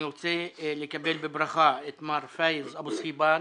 אני רוצה לקדם בברכה את מר פאיז אבו סהיבאן,